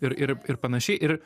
ir ir ir panašiai ir